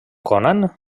conan